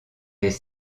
des